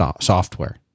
software